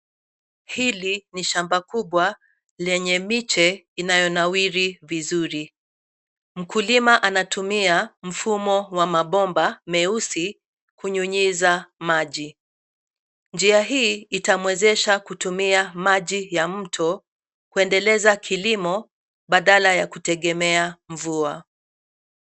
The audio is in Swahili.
Hili ni shamba kubwa lenye miche inayonawiri vizuri mkulima anatumia mfumo wa mabomba meusi kunyunyiza maji. Njia hii itamuwezesha kutumia maji ya mto kundeleza kilimo badala ya kutegemea mvua.